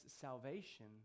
salvation